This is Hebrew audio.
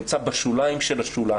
זה נמצא בשוליים של השוליים.